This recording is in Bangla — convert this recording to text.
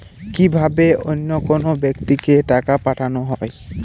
কি ভাবে অন্য কোনো ব্যাক্তিকে টাকা পাঠানো হয়?